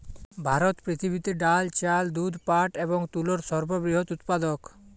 ভারত পৃথিবীতে ডাল, চাল, দুধ, পাট এবং তুলোর সর্ববৃহৎ উৎপাদক